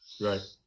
right